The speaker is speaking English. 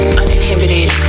uninhibited